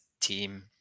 team